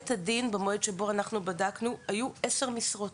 במועד שבו אנחנו בדקנו, בבית הדין היו עשר משרות.